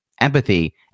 empathy